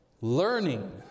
learning